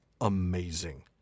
Amazing